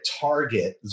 Target